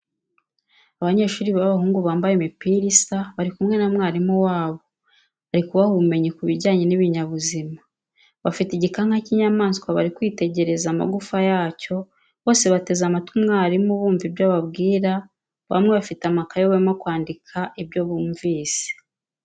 Abanyeshuri b'abahungu bambaye imipira isa bari kumwe na mwalimu wabo ari kubaha ubumenyi ku bijyanye n'ibinyaabuzima, bafite igikanka cy'inyamaswa bari kwitegereza amagufwa yacyo bose bateze amatwi umwarimu bumva ibyo ababwira, bamwe bafite amakayi barimo kwandika ibyo bumvise.